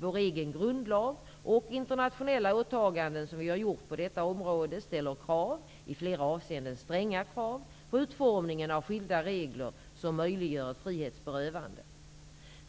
Vår egen grundlag och internationella åtaganden som vi har gjort på detta område ställer krav -- i flera avseenden stränga krav -- på utformningen av skilda regler som möjliggör ett frihetsberövande.